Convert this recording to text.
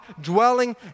dwelling